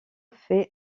fait